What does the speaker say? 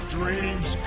Dreams